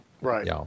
Right